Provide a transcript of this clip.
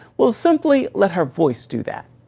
we'll simply let her voice do that.